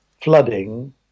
flooding